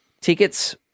Tickets